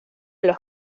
los